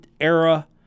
era